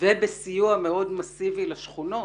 ובסיוע מאוד מסיבי לשכונות,